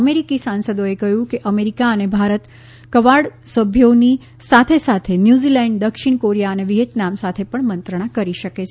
અમેરિકી સાંસદીએ કહ્યું છે કે અમેરિકા અને ભારત કવાડ સભ્યોની સાથે સાથે ન્યૂઝીલેન્ડ દક્ષિણ કોરિયા અને વિચેતનામ સાથે પણ મંત્રણા કરી શકે છે